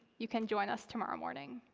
you can join us tomorrow morning.